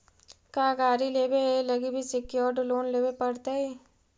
का गाड़ी लेबे लागी भी सेक्योर्ड लोन लेबे पड़तई?